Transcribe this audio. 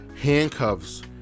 handcuffs